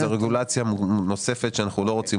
זה רגולציה נוספת שאנחנו לא רוצים